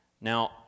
Now